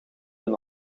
een